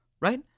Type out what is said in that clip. right